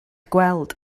gweld